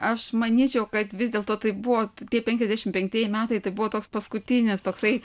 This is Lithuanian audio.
aš manyčiau kad vis dėl to tai buvo tie penkiasdešimt penktieji metai tai buvo toks paskutinis toksai